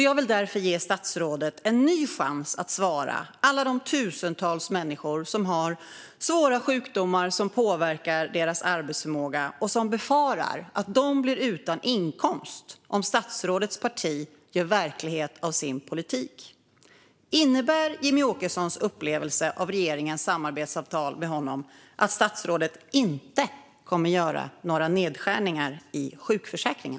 Jag vill därför ge statsrådet en ny chans att svara alla de tusentals människor som har svåra sjukdomar som påverkar deras arbetsförmåga och som befarar att de blir utan inkomst om statsrådets parti gör verklighet av sin politik: Innebär Jimmie Åkessons upplevelse av regeringens samarbetsavtal med honom att statsrådet inte kommer att göra några nedskärningar i sjukförsäkringen?